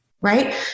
right